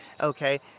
okay